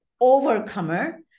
overcomer